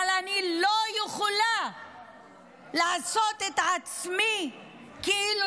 אבל אני לא יכולה לעשות את עצמי כאילו